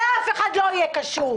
ואף אחד לא יהיה קשוב,